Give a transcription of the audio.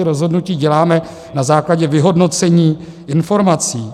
Rozhodnutí děláme na základě vyhodnocení informací.